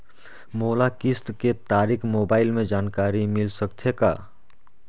मोला किस्त के तारिक मोबाइल मे जानकारी मिल सकथे का?